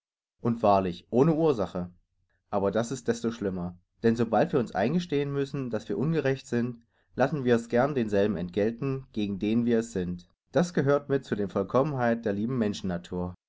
und wahrlich ohne ursache aber das ist desto schlimmer denn sobald wir uns eingestehen müssen daß wir ungerecht sind lassen wir's gern denselben entgelten gegen den wir es sind das gehört mit zu den vollkommenheiten der lieben